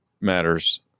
matters